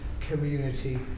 community